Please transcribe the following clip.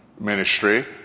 ministry